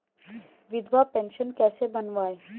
विधवा पेंशन कैसे बनवायें?